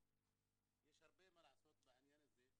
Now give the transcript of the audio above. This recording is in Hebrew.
גם כל עניין אנשי המקצוע,